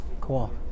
cool